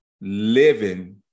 living